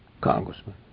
Congressman